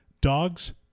dogs